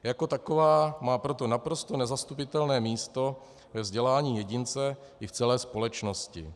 Jako taková má proto naprosto nezastupitelné místo ve vzdělání jedince i v celé společnosti.